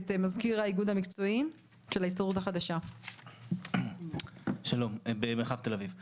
מזכיר האיגוד המקצועי של ההסתדרות החדשה במרחב תל אביב.